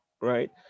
right